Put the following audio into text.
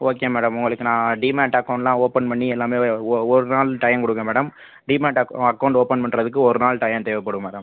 okay madam உங்களுக்கு நான் demat அக்கௌண்ட்டெலாம் ஓப்பன் பண்ணி எல்லாமே ஒ ஒரு நாள் டையம் கொடுங்க மேடம் டீமேட் அக் அக்கௌண்ட் ஓப்பன் பண்ணுறதுக்கு ஒரு நாள் டையம் தேவைப்படும் மேடம்